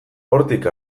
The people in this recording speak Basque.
hortik